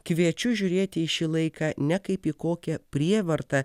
kviečiu žiūrėti į šį laiką ne kaip į kokią prievartą